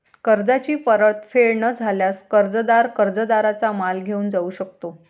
कर्जाची परतफेड न झाल्यास, कर्जदार कर्जदाराचा माल घेऊन जाऊ शकतो